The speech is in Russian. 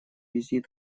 визит